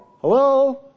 hello